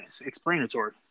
explanatory